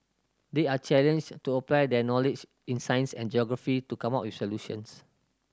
they are challenged to apply their knowledge in science and geography to come up with solutions